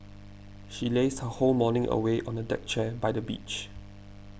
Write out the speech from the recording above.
she lazed her whole morning away on a deck chair by the beach